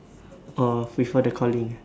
orh before the calling ah